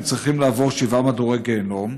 הם צריכים לעבור שבעה מדורי גיהינום,